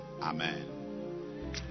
Amen